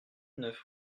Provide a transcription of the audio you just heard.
neuf